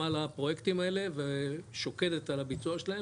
לפרויקטים האלה ושוקדת על הביצוע שלהם,